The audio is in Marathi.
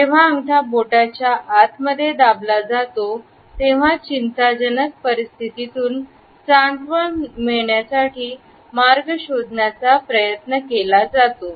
जेव्हा अंगठा बोटाच्या आत मध्ये दाबला जातो तेव्हा चिंताजनक परिस्थितीतून सांत्वन मिळण्यासाठी मार्ग शोधण्याचा प्रयत्न केला जातो